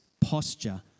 posture